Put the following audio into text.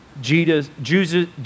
Jesus